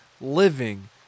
living